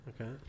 Okay